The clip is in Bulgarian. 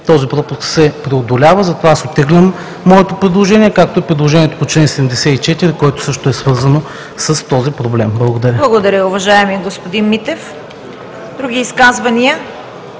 този пропуск се преодолява. Затова аз оттеглям моето предложение, както и предложението по чл. 74, което също е свързано с този проблем. Благодаря. ПРЕДСЕДАТЕЛ ЦВЕТА КАРАЯНЧЕВА: Благодаря, уважаеми господин Митев. Други изказвания?